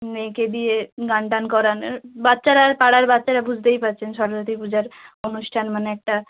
মেয়েকে দিয়ে গান টান করান বাচ্চারা পাড়ার বাচ্চারা বুঝতেই পাচ্ছেন সরস্বতী পূজার অনুষ্ঠান মানে একটা